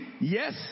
Yes